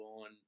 on